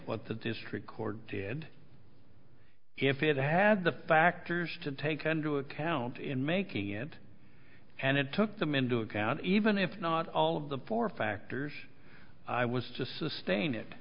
what the district court did if it had the factors to take under the account in making it and it took them into account even if not all of the four factors i was just sustain it